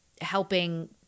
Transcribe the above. helping